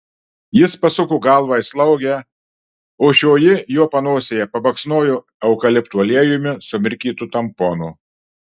jis pasuko galvą į slaugę o šioji jo panosėje pabaksnojo eukalipto aliejumi sumirkytu tamponu